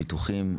ביטוחים.